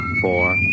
four